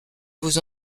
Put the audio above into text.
vos